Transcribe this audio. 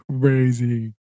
Crazy